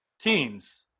teams